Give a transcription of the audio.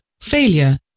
failure